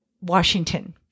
Washington